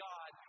God